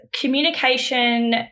communication